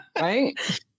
right